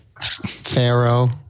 Pharaoh